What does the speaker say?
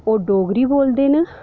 ओह् डोगरी बोलदे न